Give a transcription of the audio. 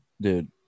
dude